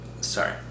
sorry